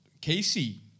Casey